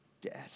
dead